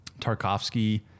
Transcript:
Tarkovsky